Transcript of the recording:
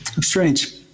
Strange